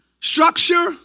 structure